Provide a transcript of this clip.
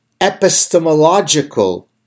epistemological